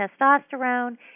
testosterone